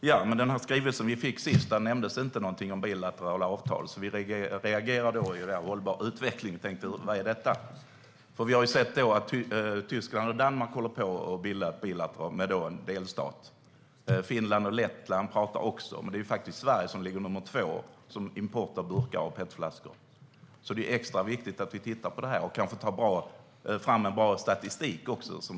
Herr talman! I den skrivelse vi fick senast nämndes inte någonting om bilaterala avtal, så vi reagerade och funderade på om det här var en hållbar utveckling. Vad är detta, tänkte vi. Vi har ju sett att Danmark håller på att bilda ett bilateralt avtal med en delstat i Tyskland. Finland och Lettland pratar också, men det är Sverige som ligger som nummer två vad gäller import av burkar och PET-flaskor, så det är ju extra viktigt att vi tittar på det här och kanske tar fram en bra statistik.